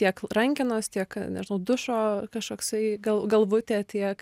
tiek rankenos tiek nežinau dušo kažkoksai gal galvutė tiek